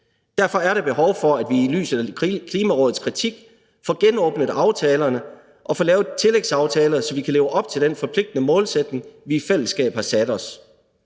Derfor er der behov for, at vi i lyset af Klimarådets kritik får genåbnet aftalerne og får lavet tillægsaftaler, så vi kan leve op til den forpligtende målsætning, vi i fællesskab har sat os.